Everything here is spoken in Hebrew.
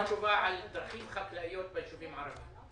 אני רוצה תשובה על דרכים חקלאיות ביישובים הערביים.